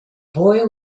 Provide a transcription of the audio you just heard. boy